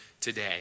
today